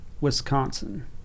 Wisconsin